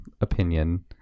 opinion